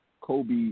Kobe